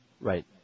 Right